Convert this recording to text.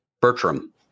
Bertram